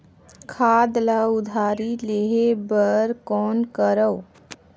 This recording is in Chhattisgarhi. खाद ल उधारी लेहे बर कौन करव?